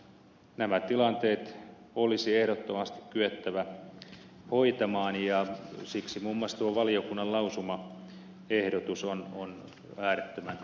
nämä tilanteet olisi ehdottomasti kyettävä hoitamaan ja siksi muun muassa tuo valiokunnan lausumaehdotus on äärettömän oikea